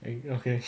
and okay